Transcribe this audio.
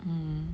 mm